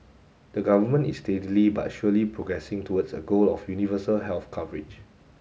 the government is steadily but surely progressing towards a goal of universal health coverage